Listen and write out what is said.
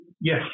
yes